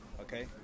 Okay